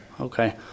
Okay